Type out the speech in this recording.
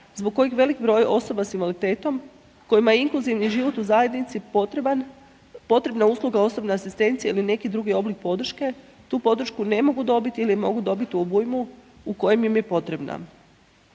zbog kojeg velik broj osoba s invaliditetom kojima je inkluzivni život u zajednici potreban, potrebna usluga osobne asistencije ili neki drugi oblik podrške tu podršku ne mogu dobiti ili je mogu dobiti u obujmu u kojem im je potrebna.